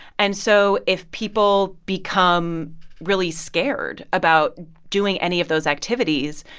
and so if people become really scared about doing any of those activities,